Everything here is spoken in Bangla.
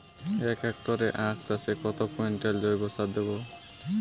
এক হেক্টরে আখ চাষে কত কুইন্টাল জৈবসার দেবো?